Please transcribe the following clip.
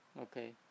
Okay